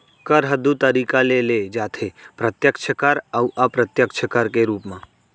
कर ह दू तरीका ले लेय जाथे प्रत्यक्छ कर अउ अप्रत्यक्छ कर के रूप म